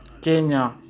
Kenya